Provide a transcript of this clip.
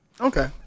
Okay